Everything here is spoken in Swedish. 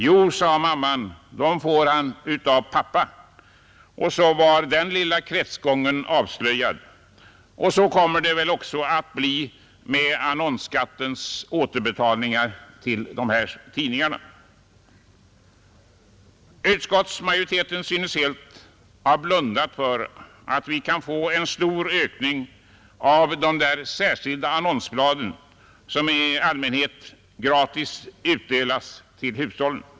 Jo, sade mamman, dom får han av pappa. Och så var den lilla kretsgången avslöjad. Så kommer det väl också att bli med annonsskattens återbetalning. Utskottsmajoriteten synes helt ha blundat för att vi kan få en stor ökning av de särskilda annonsblad som i allmänhet gratis utdelas till hushållen.